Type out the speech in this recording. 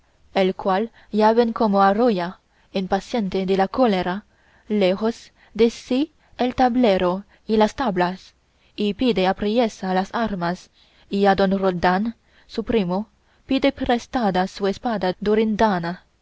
el cual ya ven como arroja impaciente de la cólera lejos de sí el tablero y las tablas y pide apriesa las armas y a don roldán su primo pide prestada su espada